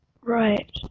Right